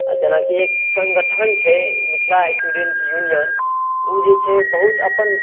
आओर जेनाकि एक संगठन छै मिथिला एसटूडेन्ट यूनियन ओ जे छै बहुत अपन